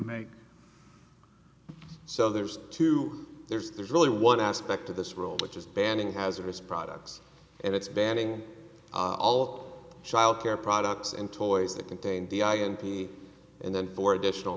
make so there's two there's really one aspect of this role which is banning hazardous products and it's banning alt child care products and toys that contain the i n p and then for additional